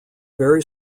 very